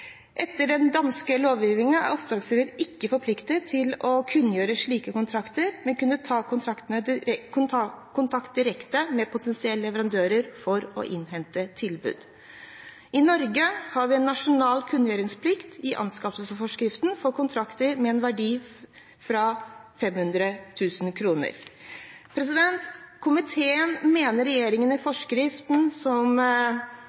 Etter den danske lovgivningen er oppdragsgiver ikke forpliktet til å kunngjøre slike kontrakter, men kan ta kontakt direkte med potensielle leverandører for å innhente tilbud. I Norge har vi ifølge anskaffelsesforskriften nasjonal kunngjøringsplikt for kontrakter med en verdi fra 500 000 kr. Komiteen mener regjeringen